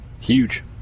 Huge